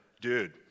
dude